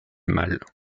mâles